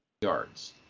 yards